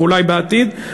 ואולי בעתיד.